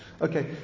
Okay